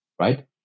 Right